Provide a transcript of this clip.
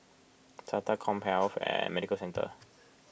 Sata CommHealth Medical Centre